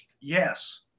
yes